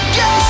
go